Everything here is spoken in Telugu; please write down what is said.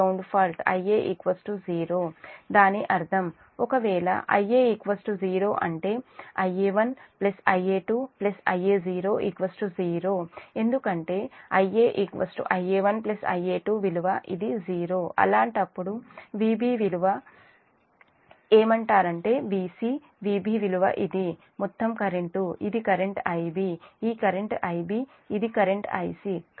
దాని అర్థము ఒకవేళ Ia 0 అంటే Ia1 Ia2 Ia0 0 ఎందుకంటే Ia Ia1Ia2 విలువ ఇది 0 అలాంటప్పుడు Vb విలువ ఏమంటారంటే Vc Vb విలువ ఇది మొత్తం కరెంటు ఇది కరెంట్ Ib ఈ కరెంటు Ib ఇది Ic